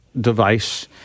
device